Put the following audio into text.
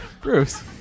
bruce